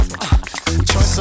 choice